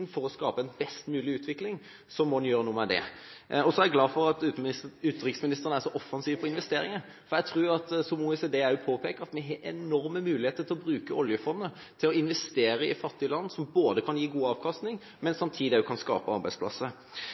for å skape en best mulig utvikling, må en gjøre noe med det. Jeg er glad for at utenriksministeren er så offensiv på investeringer, for jeg tror, som også OECD påpeker, at vi har enorme muligheter til å bruke oljefondet til å investere i fattige land, noe som kan både gi god avkastning og samtidig skape arbeidsplasser.